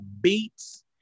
beats